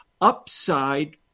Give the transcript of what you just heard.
upside